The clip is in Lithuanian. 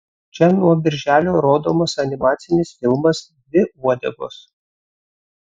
čia nuo birželio rodomas animacinis filmas dvi uodegos